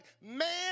man